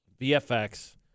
BFX